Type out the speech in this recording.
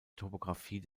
topographie